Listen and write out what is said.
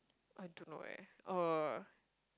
I don't know eh uh